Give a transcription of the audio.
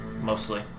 mostly